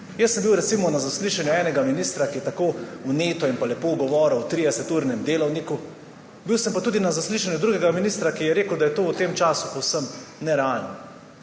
Bil sem recimo na zaslišanju enega ministra, ki je tako vneto in lepo govoril o 30-urnem delavniku, bil sem pa tudi na zaslišanju drugega ministra, ki je rekel, da je to v tem času povsem nerealno.